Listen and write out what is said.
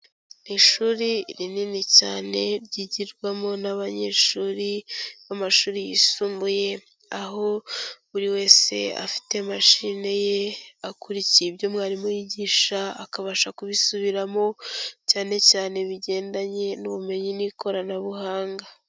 Ishuri rinini cyane, ryigirwamo n'abanyeshuri b'amashuri yisumbuye, aho buri wese afite mashine ye akurikiye ibyo mwarimu yigisha akabasha kubisubiramo, cyane cyane bigendanye n'ubumenyi n'ikoranabuhanga.